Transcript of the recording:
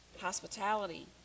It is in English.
Hospitality